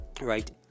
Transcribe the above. right